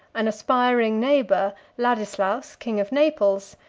an aspiring neighbor, ladislaus king of naples,